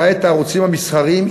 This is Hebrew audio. למעט הערוצים המסחריים,